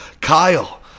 Kyle